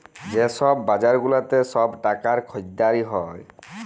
যে ছব বাজার গুলাতে ছব টাকার খরিদারি হ্যয়